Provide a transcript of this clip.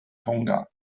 tonga